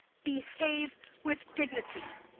behave with dignity.